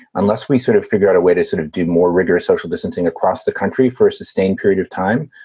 unless we sort of figure out a way to sort of do more rigorous social distancing across the country for a sustained period of time,